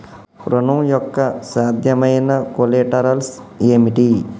ఋణం యొక్క సాధ్యమైన కొలేటరల్స్ ఏమిటి?